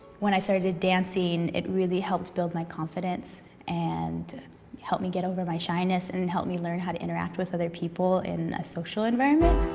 when i started dancing it really helped build my confidence and help me get over my shyness and helped me learn how to interact with other people in a social environment.